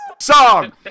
song